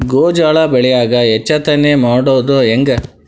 ಗೋಂಜಾಳ ಬೆಳ್ಯಾಗ ಹೆಚ್ಚತೆನೆ ಮಾಡುದ ಹೆಂಗ್?